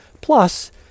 Plus